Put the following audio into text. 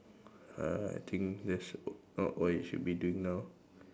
uh I think that's not what you should be doing now